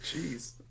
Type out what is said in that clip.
Jeez